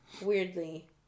weirdly